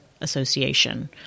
association